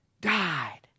died